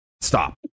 Stop